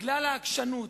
בגלל העקשנות,